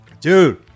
Dude